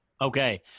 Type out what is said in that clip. Okay